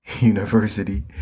University